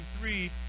three